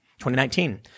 2019